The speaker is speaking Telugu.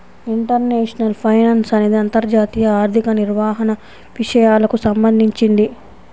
ఇంటర్నేషనల్ ఫైనాన్స్ అనేది అంతర్జాతీయ ఆర్థిక నిర్వహణ విషయాలకు సంబంధించింది